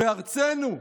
בארצנו?